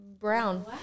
Brown